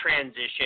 transition